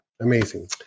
amazing